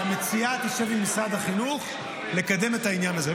שהמציעה תשב עם משרד החינוך לקדם את העניין הזה.